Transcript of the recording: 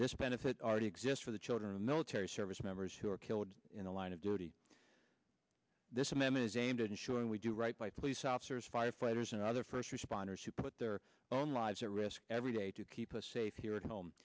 this benefit already exist for the children of military service members who are killed in the line of duty this amendment is aimed at ensuring we do right by police officers firefighters and other first responders who put their own lives at risk every day to keep us safe here at home